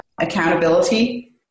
accountability